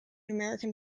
american